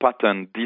pattern